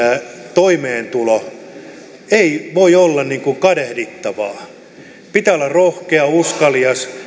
toimeentulo eivät voi olla niin kuin kadehdittavia asioita pitää olla rohkea uskalias